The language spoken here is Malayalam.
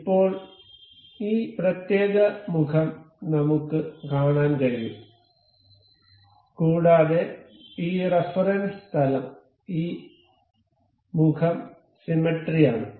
ഇപ്പോൾ ഈ പ്രത്യേക മുഖം നമുക്ക് കാണാൻ കഴിയും കൂടാതെ ഈ റഫറൻസ് തലം ഈ മുഖം സിമെട്രിയാണ്